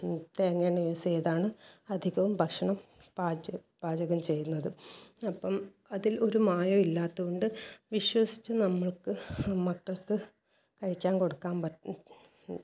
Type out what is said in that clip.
തേങ്ങ തന്നെ യൂസ് ചെയ്താണ് അധികവും ഭക്ഷണം പാച പാചകം ചെയ്യുന്നത് അപ്പം അതിൽ ഒരു മായവും ഇല്ലാത്തതുകൊണ്ട് വിശ്വസിച്ച് നമുക്ക് മക്കൾക്ക് കഴിക്കാൻ കൊടുക്കാൻ പ